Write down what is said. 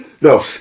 No